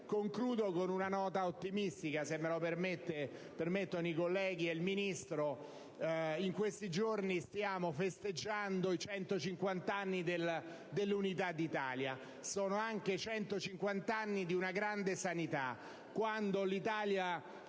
Concludo con una nota ottimista, se me lo permettono i colleghi e il Ministro: in questi giorni stiamo festeggiando i 150 anni dell'Unità d'Italia, che sono stati anche 150 anni di una grande sanità.